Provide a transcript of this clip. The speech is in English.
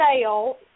sale